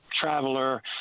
traveler